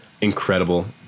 incredible